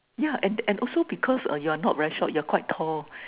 ya and and also because uh you're not very short you're quite tall